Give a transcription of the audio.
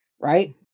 right